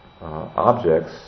objects